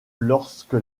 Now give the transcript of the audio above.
lorsque